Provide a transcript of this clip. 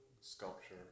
sculpture